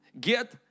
get